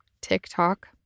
TikTok